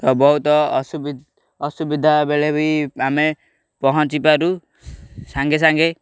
ବହୁତ ଅସୁବିଧା ବେଳେ ବି ଆମେ ପହଞ୍ଚିପାରୁ ସାଙ୍ଗେ ସାଙ୍ଗେ